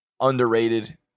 underrated